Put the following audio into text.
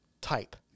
type